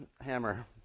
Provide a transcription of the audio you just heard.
hammer